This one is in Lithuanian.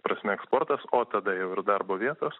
prasme eksportas o tada jau ir darbo vietos